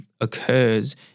occurs